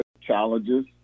challenges